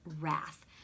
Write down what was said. wrath